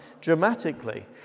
dramatically